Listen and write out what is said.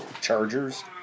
Chargers